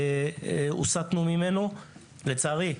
לצערי,